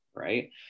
right